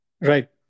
Right